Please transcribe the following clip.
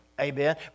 Amen